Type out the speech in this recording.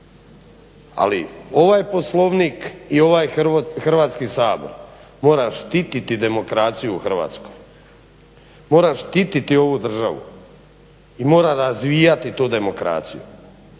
Ali ovaj Poslovnik i ovaj Hrvatski sabor mora štititi demokraciju u Hrvatskoj, mora štititi ovu državu i mora razvijati tu demokraciju.